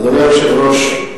אדוני היושב-ראש,